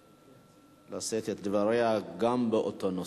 לשאת את דברה, גם באותו נושא.